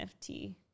NFT